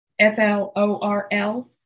FLORL